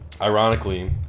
ironically